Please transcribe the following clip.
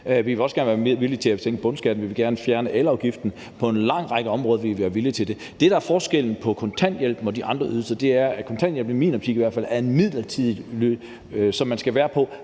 Vi er også villige til at sænke bundskatten, og vi vil gerne fjerne elafgiften. På en lang række områder vil vi være villige til det. Det, der er forskellen på kontanthjælpen og de andre ydelser, er, at kontanthjælpen, i hvert fald i min optik, er en midlertidig ydelse, som man skal være på,